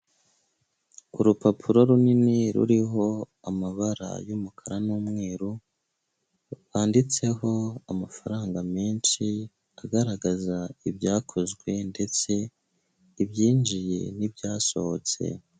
Urupapuro runini ruriho amabara y'umukara n'umweru, handitseho amafaranga menshi agaragaza ibyakozwe ndetse ibyinjiye n'ibyasohotse.